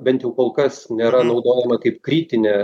bent jau kol kas nėra naudojama kaip kritinė